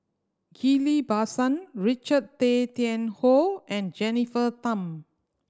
Ghillie Basan Richard Tay Tian Hoe and Jennifer Tham